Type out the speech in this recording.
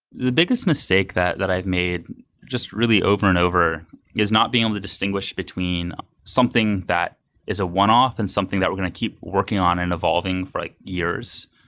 the biggest mistake that that i've made just really over and over is not being able to distinguish between something that is a one off and something that we're going to keep working on and evolving for like years.